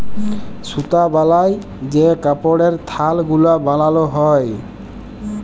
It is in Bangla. সুতা বালায় যে কাপড়ের থাল গুলা বালাল হ্যয়